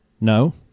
No